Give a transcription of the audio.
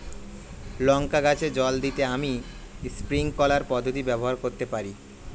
লঙ্কা গাছে জল দিতে আমি স্প্রিংকলার পদ্ধতি ব্যবহার করতে পারি?